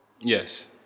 yes